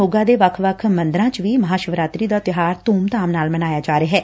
ਮੋਗਾ ਦੇ ਵੱਖ ਵੱਖ ਮੰਦਰਾਂ ਵਿਚ ਵੀ ਮਹਾਂ ਸ਼ਿਵ ਰਾਤਰੀ ਦਾ ਤਿਓਹਾਰ ਧੁਮ ਧਾਮ ਨਾਲ ਮਨਾਇਆ ਜਾ ਰਿਹੈ